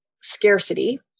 scarcity